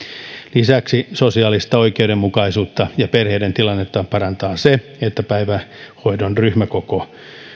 lisäksi sosiaalista oikeudenmukaisuutta ja perheiden tilannetta parantaa se että päivähoidon ryhmäkoko